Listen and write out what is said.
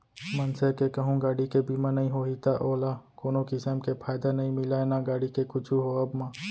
मनसे के कहूँ गाड़ी के बीमा नइ होही त ओला कोनो किसम के फायदा नइ मिलय ना गाड़ी के कुछु होवब म